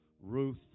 ruth